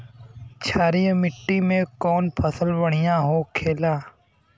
क्षारीय मिट्टी में कौन फसल बढ़ियां हो खेला?